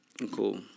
Cool